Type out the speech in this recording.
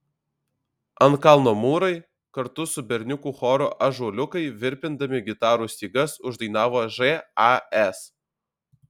ant kalno mūrai kartu su berniukų choru ąžuoliukai virpindami gitarų stygas uždainavo žas